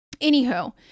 Anywho